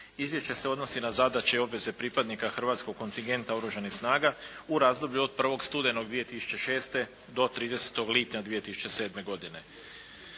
Izvješće se odnosi na zadaće i obveze pripadnika hrvatskog kontingenta oružanih snaga u razdoblju od 1. studenog 2006. do 30. lipnja 2007. godine.